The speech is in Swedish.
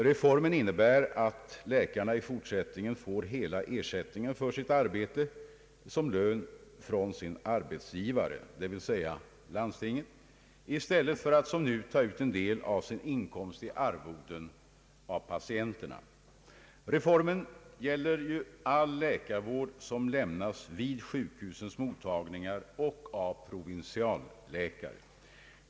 Reformen innebär att läkarna i fortsättningen får hela ersättningen för sitt arbete som lön från sina arbetsgivare, d.v.s. landstingen, i stället för att som nu ta ut en del av sina inkomster i arvoden av patienterna. Reformen gäller all läkarvård, som lämnas vid sjukhusens mottagningar och av provinsialläkare.